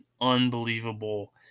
unbelievable